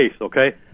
okay